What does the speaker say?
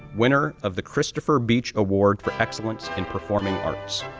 winner of the christopher beach award for excellence in performing arts,